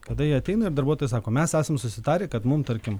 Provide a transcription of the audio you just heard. kada jie ateina ir darbuotojai sako mes esam susitarę kad mum tarkim